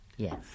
Yes